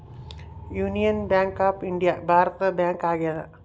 union Bank of India ಭಾರತದ bank ಆಗ್ಯಾದ